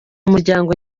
umuryango